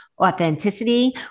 authenticity